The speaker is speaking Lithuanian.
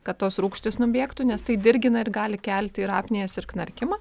kad tos rūgštys nubėgtų nes tai dirgina ir gali kelti ir apnėjas ir knarkimą